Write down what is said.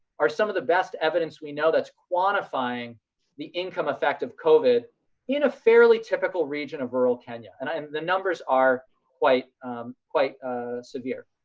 are some of the best evidence. we know that's quantifying the income effect of covid in a fairly typical region of rural kenya and um the numbers are quite quite severe.